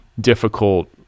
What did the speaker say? difficult